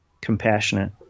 compassionate